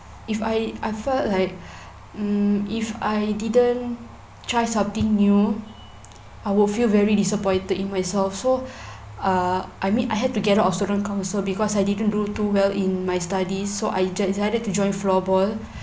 if I I felt like mm if I didn't try something new I will feel very disappointed in myself so uh I mean I had to get out of student council because I didn't do too well in my studies so I decided to join floorball